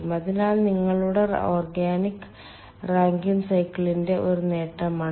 അതിനാൽ നിങ്ങളുടെ organic ranking സൈക്കിളിന്റെ ഒരു നേട്ടമാണിത്